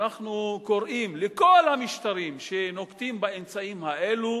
ואנחנו קוראים לכל המשטרים שנוקטים את האמצעים האלו